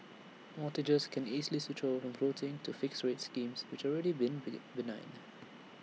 mortgagors can easily switch over from floating to fixed rate schemes which already been begin benign